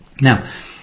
Now